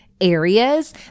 areas